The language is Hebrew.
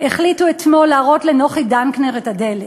החליטו אתמול להראות לנוחי דנקנר את הדלת.